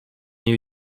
new